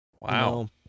Wow